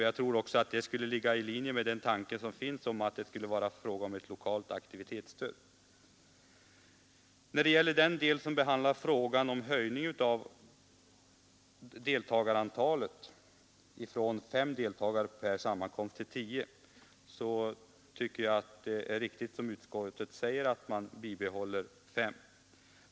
Jag tror också att detta skulle ligga i linje med den tanke som finns, att det skall vara fråga om ett lokalt aktivitetsstöd. När det gäller höjning av deltagarantalet från 5 per sammankomst till 10, tycker jag att det är riktigt som utskottet säger, att man bör bibehålla kravet på 5 deltagare.